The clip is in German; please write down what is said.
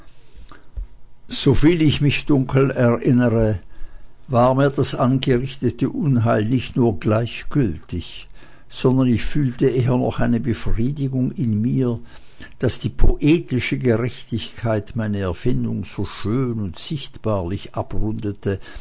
soviel ich mich dunkel erinnere war mir das angerichtete unheil nicht nur gleichgültig sondern ich fühlte eher noch eine befriedigung in mir daß die poetische gerechtigkeit meine erfindung so schön und sichtbarlich abrundete